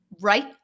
Right